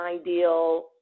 ideal